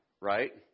right